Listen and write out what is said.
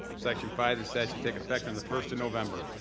section five, this act shall take effect on the first of november.